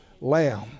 Lamb